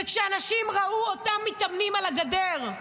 וכשאנשים ראו אותם מתאמנים על הגדר,